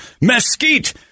mesquite